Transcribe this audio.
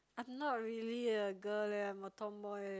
I'm not really a girl leh I'm a tomboy leh